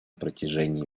протяжении